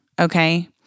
Okay